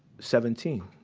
seventeen.